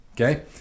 okay